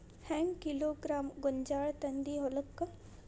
ಹೆಂಗ್ ಕಿಲೋಗ್ರಾಂ ಗೋಂಜಾಳ ತಂದಿ ಹೊಲಕ್ಕ?